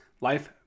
life